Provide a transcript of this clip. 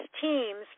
teams